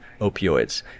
opioids